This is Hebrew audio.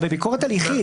בביקורת הליכית.